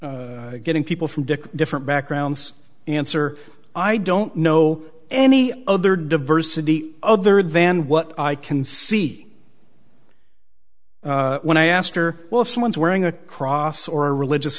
about getting people from different backgrounds answer i don't know any other diversity other than what i can see when i asked her well if someone's wearing a cross or a religious